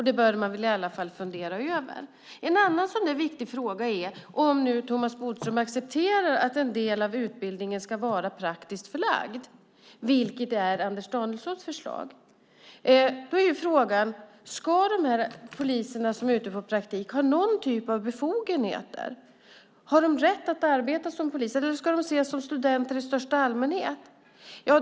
Det bör man fundera över. Om Thomas Bodström accepterar att en del av utbildningen ska vara praktiskt förlagd, vilket är Anders Danielssons förslag, är frågan: Ska de poliser som är ute på praktik ha någon typ av befogenheter? Har de rätt att arbeta som poliser eller ska de ses som studenter i största allmänhet?